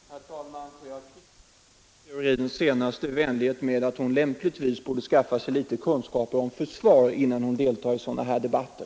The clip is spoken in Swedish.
Herr talman! Låt mig kvittera fru Theorins senaste vänlighet med att hon lämpligtvis borde skaffa sig litet kunskap om försvar innan hon deltar i sådana här debatter.